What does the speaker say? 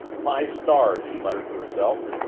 my stars! she muttered to herself.